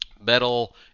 Metal